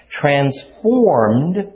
transformed